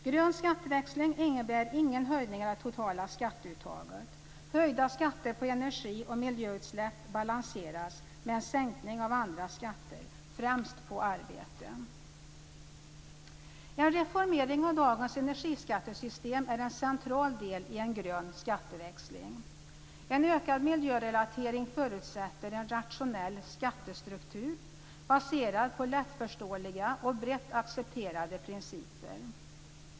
Grön skatteväxling innebär ingen höjning av det totala skatteuttaget. Höjda skatter på energi och miljöutsläpp balanseras med en sänkning av andra skatter, främst på arbete. En reformering av dagens energiskattesystem är en central del i en grön skatteväxling. En ökad miljörelatering förutsätter en rationell skattestruktur, baserad på lättförståeliga och brett accepterade principer.